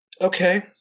Okay